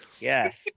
Yes